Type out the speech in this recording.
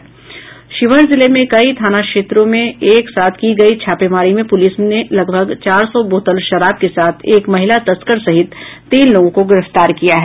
शिवहर जिले में कई थाना क्षेत्रों में एक साथ की गयी छापेमारी में पुलिस ने लगभग चार सौ बोतल शराब के साथ एक महिला तस्कर सहित तीन लोगों को गिरफ्तार किया है